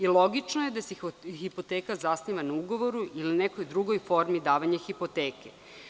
Logično je da se hipoteka zasniva na ugovoru ili na nekoj drugoj formi davanja hipoteke.